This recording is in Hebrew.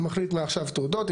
הוא מחליט, מעכשיו תעודות.